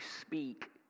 speak